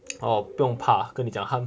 oh 不用怕跟你讲他